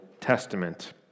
Testament